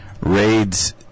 raids